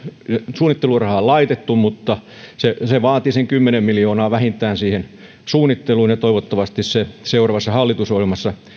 suunnittelurahaa laitettu mutta se se vaatii sen kymmenen miljoonaa vähintään siihen suunnitteluun ja toivottavasti seuraavassa hallitusohjelmassa